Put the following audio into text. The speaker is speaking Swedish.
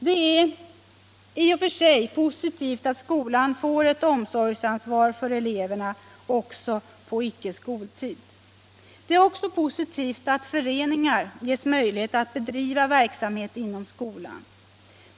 Det är i och för sig positivt att skolan får ett omsorgsansvar för eleverna också på icke skoltid. Det är även positivt att föreningar ges möjlighet att bedriva verksamhet inom skolan.